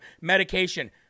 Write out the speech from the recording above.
medication